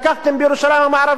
מה הטיעונים האלה?